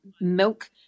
milk